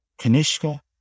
Kanishka